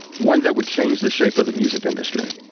one that would change the shape of the music industry.